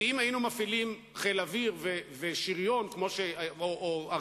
אם היינו מפעילים חיל אוויר ושריון או ארטילריה,